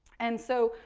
and so,